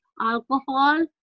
alcohol